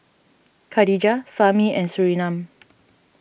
Khadija Fahmi and Surinam